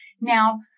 Now